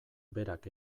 berak